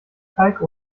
teig